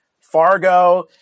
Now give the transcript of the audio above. Fargo